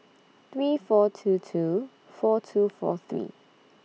three four two two four two four three